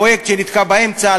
פרויקט שנתקע באמצע,